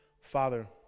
Father